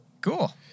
Cool